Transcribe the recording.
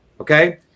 okay